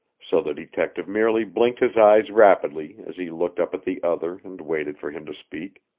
so the detective merely blinked his eyes rapidly as he looked up at the other and waited for him to speak.